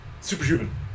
Superhuman